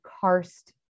karst